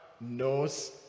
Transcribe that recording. knows